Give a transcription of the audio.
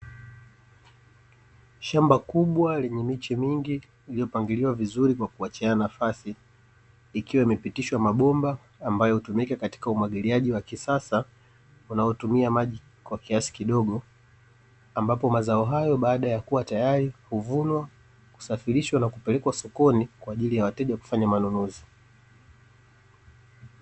Shamba kubwa lenye miche mingi iliyopangiliwa vizuri kwa kuachana nafasi, ikiwa imepitishwa mabomba ambayo hutumika katika umwagiliaji wa kisasa unaotumia maji kwa kiasi kidogo, ambapo mazao hayo baada ya kuwa tayari kuvunwa kusafirishwa na kupelekwa sokoni kwa ajili ya wateja kufanya manunuzi.